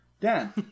Dan